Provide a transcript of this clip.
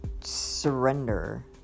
Surrender